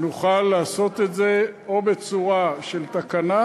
נוכל לעשות את זה או בצורה של תקנה,